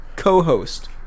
co-host